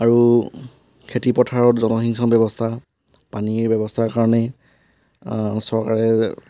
আৰু খেতি পথাৰত জলসিঞ্চন ব্যৱস্থা পানীৰ ব্যৱস্থাৰ কাৰণে চৰকাৰে